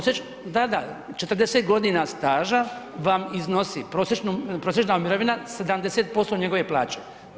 Da, da, 40 godina staža vam iznosi prosječna mirovina 70% njegove plaće.